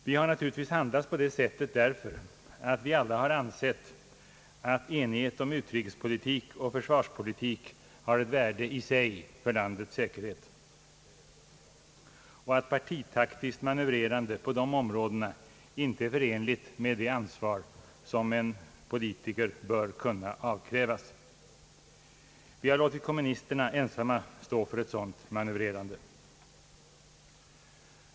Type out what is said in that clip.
Vi har naturligtvis handlat på det sättet därför att vi alla har ansett att enighet om utrikespolitik och försvarspolitik har ett värde i sig för landets säkerhet och att partitaktiskt manövrerande på de områdena inte är förenligt med det ansvar som en politiker bör kunna avkrävas. Vi har låtit kommunisterna ensamma stå för ett sådant manövrerande.